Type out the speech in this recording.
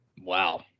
Wow